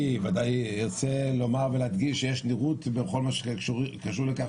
ואני ודאי ארצה לומר ולהדגיש שיש נראות בכל מה שקשור לכך